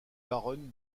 baronne